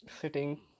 sitting